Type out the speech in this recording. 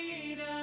freedom